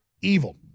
evil